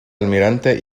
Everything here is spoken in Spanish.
almirante